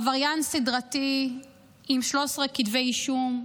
עבריין סדרתי עם 13 כתבי אישום,